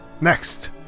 next